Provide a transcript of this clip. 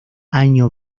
año